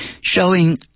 showing